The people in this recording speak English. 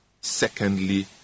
secondly